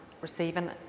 receiving